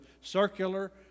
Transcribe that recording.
circular